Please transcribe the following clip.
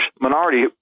minority